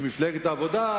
עם מפלגת העבודה,